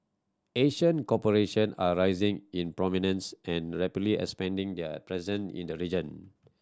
Asian corporation are rising in prominence and rapidly expanding their presence in the region